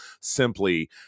simply